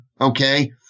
okay